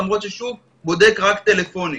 למרות ששוב הוא בודק רק טלפונים,